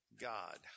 God